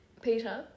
Peter